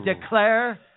declare